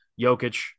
Jokic